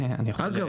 אגב,